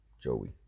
Joey